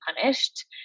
punished